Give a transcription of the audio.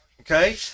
Okay